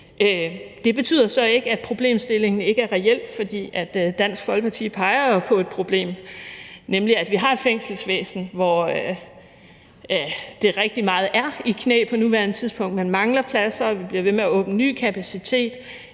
Det betyder så ikke, at problemstillingen ikke er reel, for Dansk Folkeparti peger jo på et problem, nemlig at vi har et fængselsvæsen, som er rigtig meget i knæ på nuværende tidspunkt; man mangler pladser, og vi bliver ved med at åbne ny kapacitet.